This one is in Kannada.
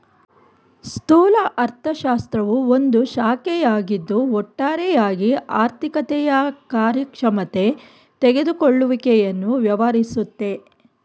ಸ್ಥೂಲ ಅರ್ಥಶಾಸ್ತ್ರವು ಒಂದು ಶಾಖೆಯಾಗಿದ್ದು ಒಟ್ಟಾರೆಯಾಗಿ ಆರ್ಥಿಕತೆಯ ಕಾರ್ಯಕ್ಷಮತೆ ತೆಗೆದುಕೊಳ್ಳುವಿಕೆಯನ್ನು ವ್ಯವಹರಿಸುತ್ತೆ